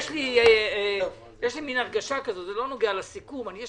אני מרגיש